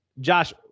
Josh